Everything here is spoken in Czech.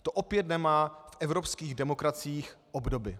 To opět nemá v evropských demokraciích obdoby.